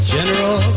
General